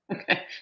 Okay